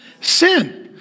sin